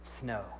snow